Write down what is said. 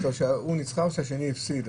שהיא ניצחה או שהשני הפסיד?